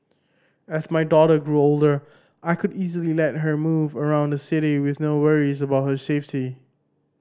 as my daughter grew older I could easily let her move around the city with no worries about her safety